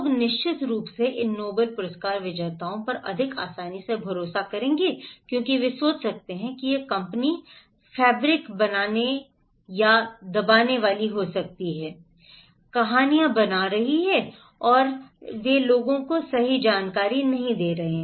लोग निश्चित रूप से इन नोबेल पुरस्कार विजेताओं पर अधिक आसानी से भरोसा करेंगे क्योंकि वे सोच सकते हैं कि यह कंपनी फैब्रिक बनाने या दबाने वाली हो सकती है कहानियां बना रही है और नहीं और वे लोगों को सही जानकारी नहीं दे रहे हैं